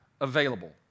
available